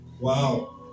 Wow